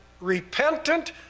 repentant